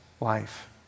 life